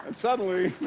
and suddenly